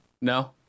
No